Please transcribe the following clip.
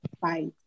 fight